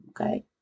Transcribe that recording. Okay